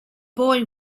boy